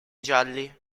gialli